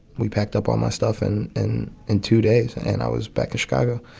we packed up all my stuff and in in two days. and i was back in chicago.